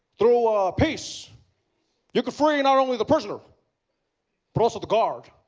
through peace you can free not only the prisoner but also the guard